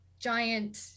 giant